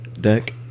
Deck